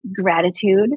gratitude